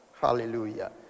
Hallelujah